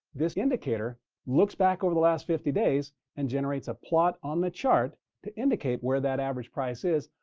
this indicator looks back over the last fifty days and generates a plot on the chart to indicate where that average price is.